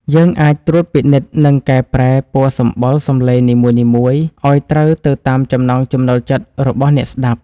យើងអាចត្រួតពិនិត្យ និង កែប្រែពណ៌សម្បុរសំឡេងនីមួយៗឱ្យត្រូវទៅតាមចំណង់ចំណូលចិត្តរបស់អ្នកស្ដាប់។